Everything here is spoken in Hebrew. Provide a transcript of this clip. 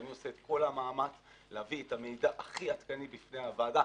שאני עושה את כל המאמץ להביא את המידע הכי עדכני בפני הוועדה,